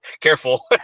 Careful